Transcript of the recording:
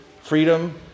freedom